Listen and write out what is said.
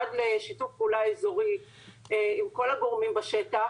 משרד לשיתוף פעולה אזורי עם כל הגורמים בשטח,